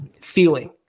feeling